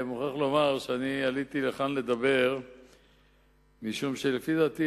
אני מוכרח לומר שעליתי לכאן לדבר משום שלפי דעתי